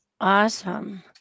awesome